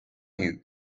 you